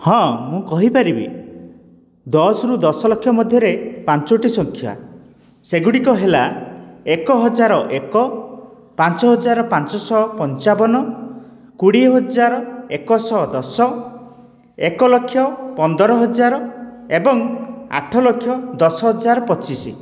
ହଁ ମୁଁ କହିପାରିବି ଦଶ ରୁ ଦଶ ଲକ୍ଷ ମଧ୍ୟରେ ପାଞ୍ଚୋଟି ସଂଖ୍ୟା ସେଗୁଡ଼ିକ ହେଲା ଏକ ହଜାର ଏକ ପାଞ୍ଚ ହଜାର ପାଞ୍ଚ ଶହ ପଞ୍ଚାବନ କୋଡ଼ିଏ ହଜାର ଏକ ଶହ ଦଶ ଏକ ଲକ୍ଷ ପନ୍ଦର ହଜାର ଏବଂ ଆଠ ଲକ୍ଷ ଦଶ ହଜାର ପଚିଶ